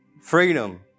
Freedom